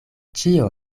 ĉio